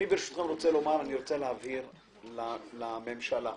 אני רוצה להבהיר לממשלה: